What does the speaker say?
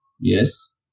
yes